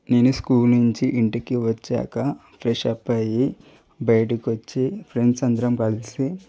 నేను స్కూల్ నుంచి ఇంటికి వచ్చాక ఫ్రెష్అప్ అయ్యి బయటకు వచ్చి ఫ్రెండ్స్ అందరం కలిసి